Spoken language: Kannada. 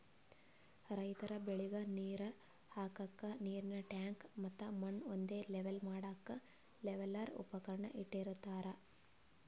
ರೈತರ್ ಬೆಳಿಗ್ ನೀರ್ ಹಾಕ್ಕಕ್ಕ್ ನೀರಿನ್ ಟ್ಯಾಂಕ್ ಮತ್ತ್ ಮಣ್ಣ್ ಒಂದೇ ಲೆವೆಲ್ ಮಾಡಕ್ಕ್ ಲೆವೆಲ್ಲರ್ ಉಪಕರಣ ಇಟ್ಟಿರತಾರ್